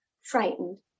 frightened